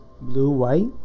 Blue-white